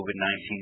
COVID-19